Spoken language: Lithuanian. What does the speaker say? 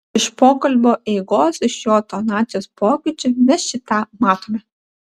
iš pokalbio eigos iš jo tonacijos pokyčių mes šį tą matome